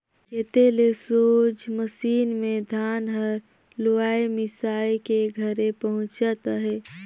खेते ले सोझ मसीन मे धान हर लुवाए मिसाए के घरे पहुचत अहे